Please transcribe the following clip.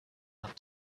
out